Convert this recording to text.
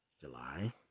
July